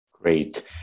Great